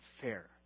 fair